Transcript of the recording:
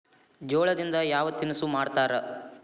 ಜೋಳದಿಂದ ಯಾವ ತಿನಸು ಮಾಡತಾರ?